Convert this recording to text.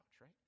right